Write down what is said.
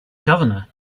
governor